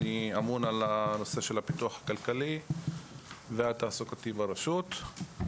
אני אמון על הנושא של הפיתוח הכלכלי והתעסוקתי ברשות.